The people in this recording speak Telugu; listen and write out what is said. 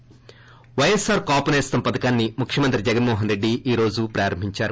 ి వైఎస్పార్ కాపు నేస్తం పథకాన్ని ముఖ్యమంత్రి జగన్మోహన్ రెడ్డి ఈ రోజు ప్రారంభించారు